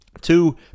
Two